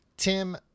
Tim